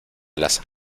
las